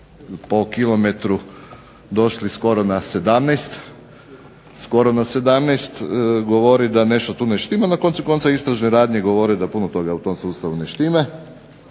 po kilometru došli skoro na 17, skoro na 17, govori da nešto tu ne štima. Na koncu konca istražne radnje govore da puno toga u tom sustavu ne štima.